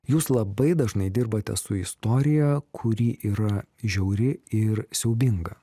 jūs labai dažnai dirbate su istorija kuri yra žiauri ir siaubinga